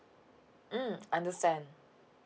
mm understand